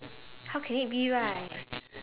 how can it be right